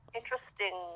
interesting